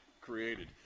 created